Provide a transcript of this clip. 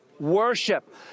worship